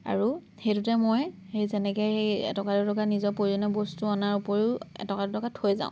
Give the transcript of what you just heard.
আৰু সেইটোতে মই সেই যেনেকৈ সেই আৰু এটকা দুটকা নিজৰ প্ৰয়োজনীয় বস্তু অনাৰ ওপৰিও এটকা দুটকা থৈ যাওঁ